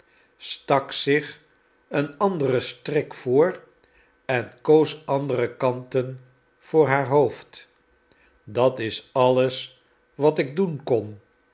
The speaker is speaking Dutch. stak zich een anderen strik voor en koos andere kanten voor haar hoofd dat is alles wat ik doen kon